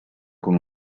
con